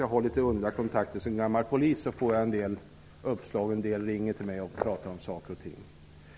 Jag har fått ett brev från en invandrare som har bott här i 20 år.